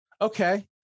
Okay